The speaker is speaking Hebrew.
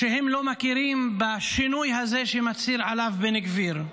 ושהם לא מכירים בשינוי הזה שמצהיר עליו בן גביר.